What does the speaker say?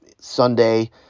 Sunday